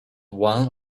one